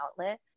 outlet